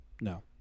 no